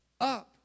up